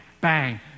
bang